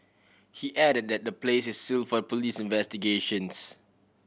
he added that the place is seal for police investigations